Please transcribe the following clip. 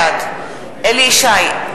בעד אליהו ישי,